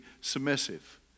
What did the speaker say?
submissive